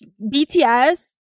BTS